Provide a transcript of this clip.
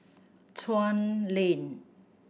Chuan Lane